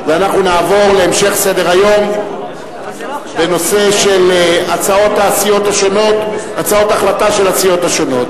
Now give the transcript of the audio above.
אנחנו נעבור להמשך סדר-היום בנושא של הצעות החלטה של הסיעות השונות.